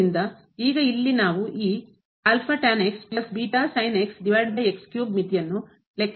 ಆದ್ದರಿಂದ ಈಗ ಇಲ್ಲಿ ನಾವು ಈ ಮಿತಿಯನ್ನು ಲೆಕ್ಕಾಚಾರ ಮಾಡೋಣ